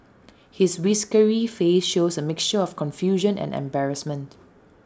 his whiskery face shows A mixture of confusion and embarrassment